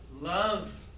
love